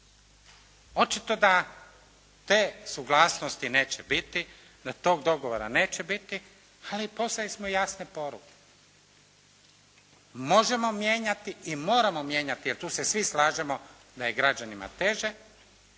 Očito da, te suglasnosti neće biti, da tog dogovora neće biti, ali poslali smo jasne poruke. Možemo mijenjati i moramo mijenjati jer tu se svi slažemo da je građanima teže,